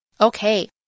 Okay